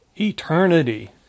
eternity